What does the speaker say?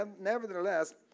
Nevertheless